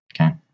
Okay